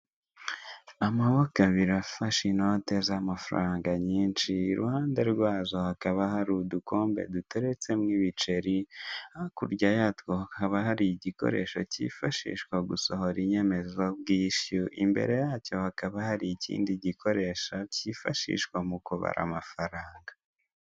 Amaboko abiri afashe inoti z' amafaranga nyinshi iruhande rwazo hakaba hari udukombe duteretsemo ibiceri, hakurya yatwo hakaba hari igikoresho kifashishwa gusohora inyemezabwishyu imbere yacyo hakaba hari ikindi gikoresho kifashishwa mu kubara amafaranga.